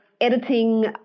editing